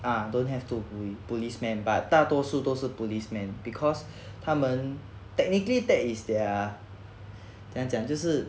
ah don't have to be policemen but 大多数都是 policeman because 他们 technically that is their 怎样讲就是